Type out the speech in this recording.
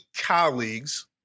colleagues